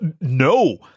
no